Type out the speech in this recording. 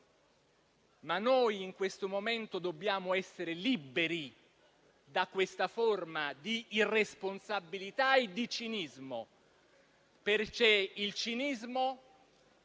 Noi in questo momento dobbiamo essere liberi da questa forma di irresponsabilità e di cinismo, perché il cinismo